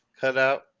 cutout